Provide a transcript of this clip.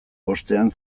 bostean